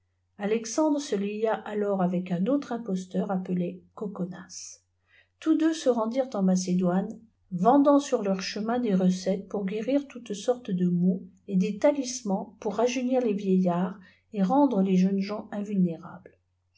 alexandre se lia alors avec un autre imposteur appelé gocon tous deux se rendirent en macédoine vendant sur leur chemin histoire des sorciers des recettes pour guérir toutes sortes de maux et des talismans km raemiir les yieillaçds et rendre les jeunes gens invulnérables